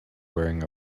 wearing